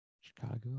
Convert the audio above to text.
Chicago